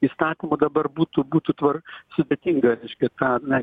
įstatymo dabar būtų būtų tvar sudėtinga reiškia tą